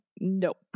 nope